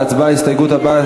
להצבעה על ההסתייגות הבאה,